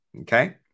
Okay